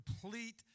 complete